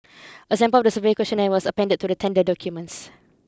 a sample of the survey questionnaire was appended to the tender documents